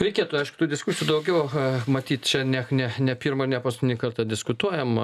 reikėtų aišku tų diskusijų daugiau aha matyt čia ne ne ne pirmą ir ne paskutinį kartą diskutuojam